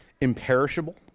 imperishable